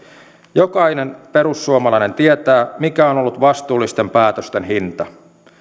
jokainen perussuomalainen tietää mikä on on ollut vastuullisten päätösten hinta